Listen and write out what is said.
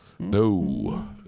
No